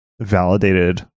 validated